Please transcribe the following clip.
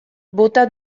bota